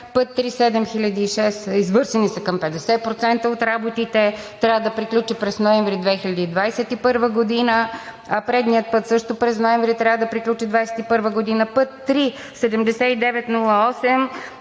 път ІІІ-7006 – извършени са към 50% от работите, трябва да приключи през ноември 2021 г., а предният път също през ноември трябва да приключи 2021 г., път ІІІ-7908